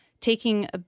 taking